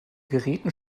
geräten